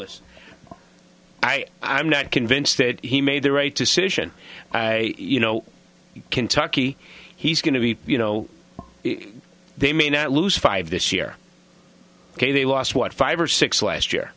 boy i i'm not convinced that he made the right decision you know kentucky he's going to be you know they may not lose five this year ok they lost what five or six last year